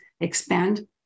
expand